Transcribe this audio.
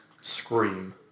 scream